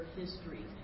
history